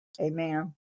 amen